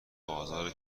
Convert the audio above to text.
بازار